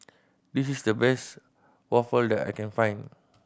this is the best waffle that I can find